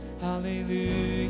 hallelujah